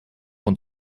und